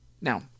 now